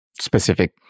specific